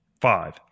Five